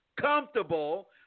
Comfortable